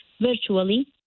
virtually